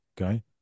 okay